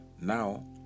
now